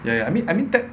ya ya I mean I mean that